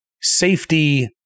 safety